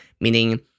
meaning